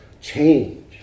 change